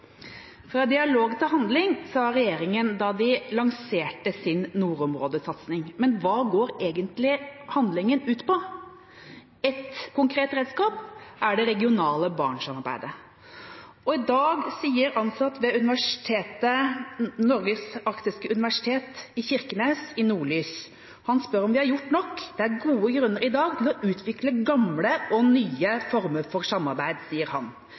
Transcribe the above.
Fra dialog til handling, sa regjeringa da de lanserte sin nordområdesatsing. Men hva går egentlig handlinga ut på? Ett konkret redskap er det regionale Barentssamarbeidet. I Nordlys i dag spør en ansatt ved Norges arktiske universitet, Campus Kirkenes, om vi har gjort nok. Han sier det er gode grunner i dag til å utvikle gamle og nye former for samarbeid.